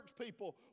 people